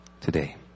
today